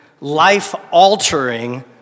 life-altering